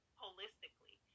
holistically